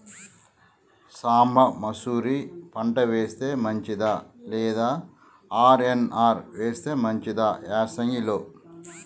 సాంబ మషూరి పంట వేస్తే మంచిదా లేదా ఆర్.ఎన్.ఆర్ వేస్తే మంచిదా యాసంగి లో?